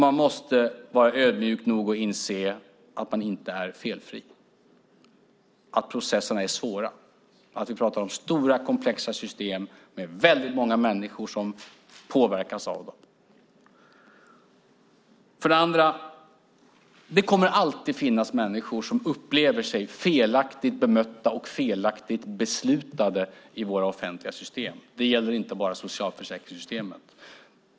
Man måste också vara ödmjuk nog att inse att man inte är felfri, att processerna är svåra och att vi pratar om stora, komplexa system med väldigt många människor som påverkas av dem. För det andra kommer det alltid att finnas människor som upplever sig ha blivit felaktigt bemötta och felaktigt beslutade i våra offentliga system. Det gäller inte bara socialförsäkringssystemet.